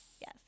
yes